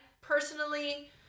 personally